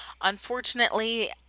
Unfortunately